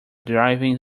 driving